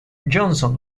johnson